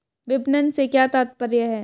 विपणन से क्या तात्पर्य है?